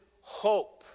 hope